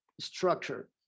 structure